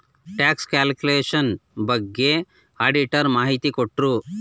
tax calculation ಬಗ್ಗೆ auditor ಮಾಹಿತಿ ಕೊಟ್ರು